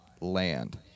Land